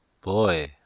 boy